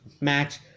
match